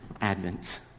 advent